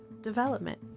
development